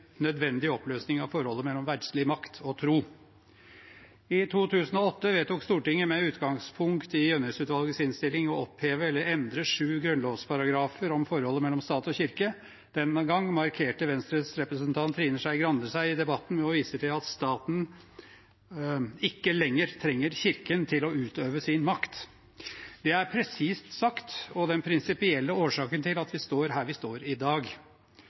nødvendig oppløsning av forholdet mellom verdslig makt og tro. I 2008 vedtok Stortinget med utgangspunkt i Gjønnes-utvalgets innstilling å oppheve eller endre sju grunnlovsparagrafer om forholdet mellom stat og kirke. Den gang markerte Venstres representant Trine Skei Grande seg i debatten ved å vise til at staten ikke lenger trenger Kirken til å utøve sin makt. Det er presist sagt og den prinsipielle årsaken til at vi står her vi står i dag.